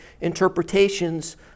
interpretations